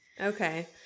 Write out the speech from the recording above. Okay